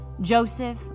Joseph